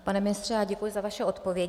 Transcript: Pane ministře, děkuji za vaše odpovědi.